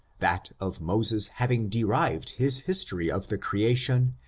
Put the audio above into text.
that of moses having derived his history of the creation,